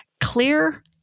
Clear